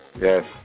yes